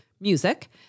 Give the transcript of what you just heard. music